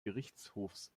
gerichtshofs